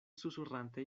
susurrante